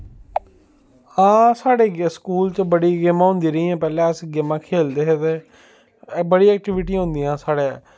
हां साढ़े स्कूल च बड़ी गेमां होंदियां रेहियां पैह्लैं अस गेमां खेढदे हे ते बड़ी ऐक्टिविटियां होंदियां साढ़ै